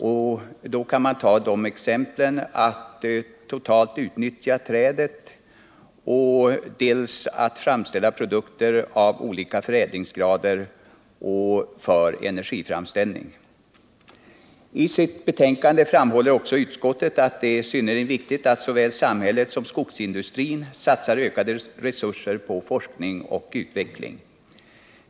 Som exempel kan jag nämna ett totalt utnyttjande av det trädet kan ge, dels för framställning av produkter av olika förädlingsgrader, dels för energiframställning. I sitt betänkande framhåller också utskottet att det är synnerligen viktigt att såväl samhället som skogsindustrin satsar ökade resurser på forskning och utveckling.